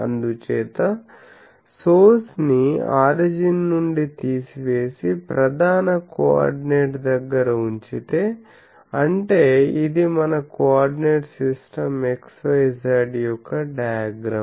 అందుచేత సోర్స్ ని ఆరిజిన్ నుండి తీసివేసి ప్రధాన కోఆర్డినేట్ దగ్గర ఉంచితే అంటే ఇది మన కోఆర్డినేట్ సిస్టం xyz యొక్క డయాగ్రమ్